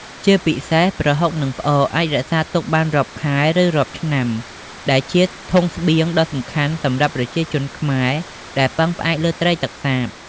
ជាពិសេស ប្រហុក និងផ្អក អាចរក្សាទុកបានរាប់ខែ ឬរាប់ឆ្នាំ ដែលជាធុងស្បៀងដ៏សំខាន់សម្រាប់ប្រជាជនខ្មែរ ដែលពឹងផ្អែកលើត្រីទឹកសាប។